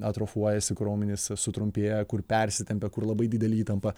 atrofuojasi kur raumenys sutrumpėja kur persitempia kur labai didelė įtampa